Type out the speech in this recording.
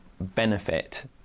benefit